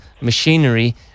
machinery